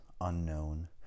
unknown